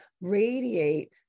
radiate